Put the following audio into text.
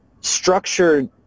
structured